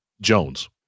Jones